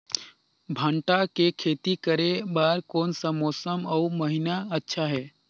भांटा के खेती करे बार कोन सा मौसम अउ महीना अच्छा हे?